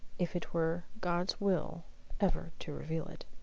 if it were god's will ever to reveal it.